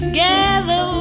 Together